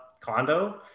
condo